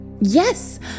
Yes